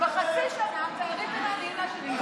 בחצי שנה הפערים בין עניים לעשירים גדלו.